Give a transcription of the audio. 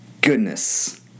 goodness